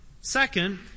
Second